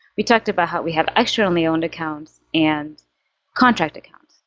we talked about how we have externally owned accounts and contract accounts.